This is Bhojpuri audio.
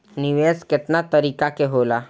निवेस केतना तरीका के होला?